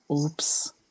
Oops